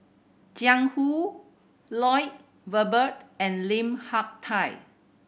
Jiang Hu Lloyd Valberg and Lim Hak Tai